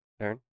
turn